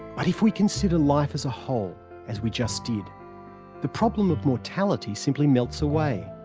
but if we consider life as a whole as we just did the problem of mortality simply melts away.